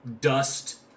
dust